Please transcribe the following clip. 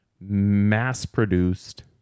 mass-produced